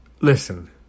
listen